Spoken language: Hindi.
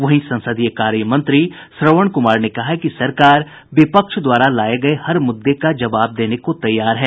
वहीं संसदीय कार्य मंत्री श्रवण कुमार ने कहा है कि सरकार विपक्ष द्वारा लाये गये हर मुद्दे का जवाब देने को तैयार है